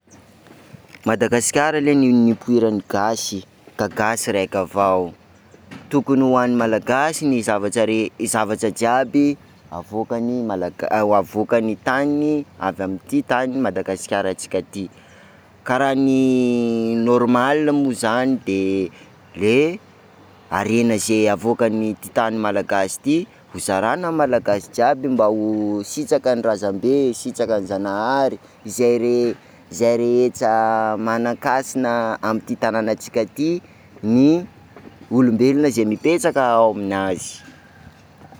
Madagasikara ley no nipoiran'ny gasy ka gasy raika avao, tokony ho an'ny Malagasy ny zavatra rehet- zavatra jiaby avoakan'ny Malag- avoakan'ny tany avy amin'ity tany Madagasikarantsika ty, ka raha ny normal mo zany de le harena ze avoakan'ity tany Malagasy ity hozarana amin'ny Malagasy jiaby mba ho sitrakan'ny razambe, sitrakan-janahary izay re- izay rehetra manan-kasina amty tananatsika ty ny olombelona izay mipetraka amin'azy.